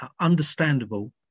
understandable